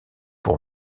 pour